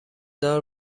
دار